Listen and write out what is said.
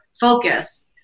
Focus